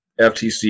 FTC